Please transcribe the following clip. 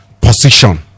position